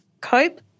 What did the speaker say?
cope